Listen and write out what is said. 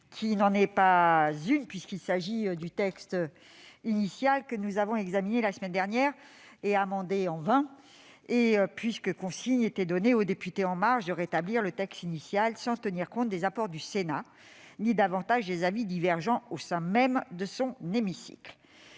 n'en est pas une puisqu'il s'agit du texte initial que nous avons examiné la semaine dernière. Nous l'avons amendé en vain puisque consigne a été donnée aux députés de La République En Marche de rétablir le texte initial sans tenir compte ni des apports du Sénat ni des avis divergents au sein même de son hémicycle.